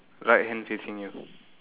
right hand facing here